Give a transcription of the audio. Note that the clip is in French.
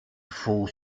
faut